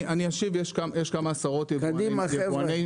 יש כמה עשרות יבואנים.